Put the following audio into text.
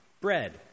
bread